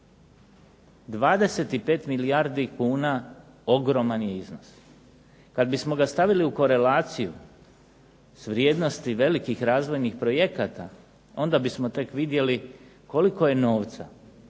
25 milijardi kuna ogroman je iznos. Kad bismo ga stavili u korelaciju s vrijednosti velikih razvojnih projekata onda bismo tek vidjeli koliko je novca